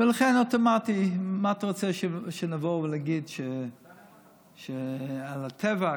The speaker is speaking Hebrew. ולכן, אוטומטית, מה אתה רוצה שנבוא ונגיד על הטבע?